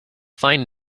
fine